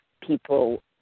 people